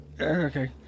Okay